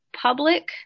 public